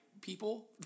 people